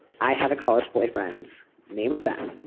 i had a college boyfriend named ben.